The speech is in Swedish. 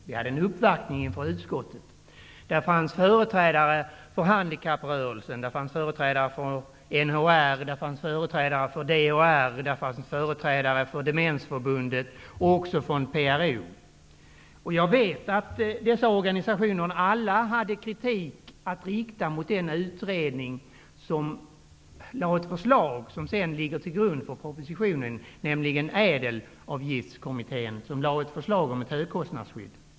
Vi hade på utskottet en uppvaktning av företrädare för handikapprörelsen, NHR, DHR, Demensförbundet och också PRO. Jag vet att dessa organisationer alla hade kritik att rikta mot den utredning vars förslag ligger till grund för propositionen, nämligen ÄDEL-avgiftskommittén, som lade fram ett förslag om ett högkostnadsskydd.